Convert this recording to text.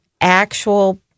actual